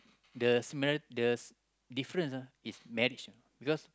the smell the difference ah is marriage ah because